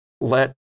let